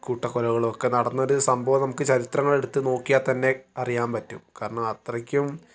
കൂട്ടക്കൊലകളൊക്കെ നടന്നൊരു സംഭവം നമുക്ക് ചരിത്രങ്ങൾ എടുത്തു നോക്കിയാൽ തന്നെ അറിയാൻ പറ്റും കാരണം അത്രയ്ക്കും